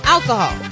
Alcohol